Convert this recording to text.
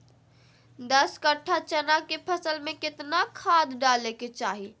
दस कट्ठा चना के फसल में कितना खाद डालें के चाहि?